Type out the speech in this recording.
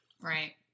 right